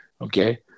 okay